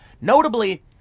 Notably